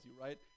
right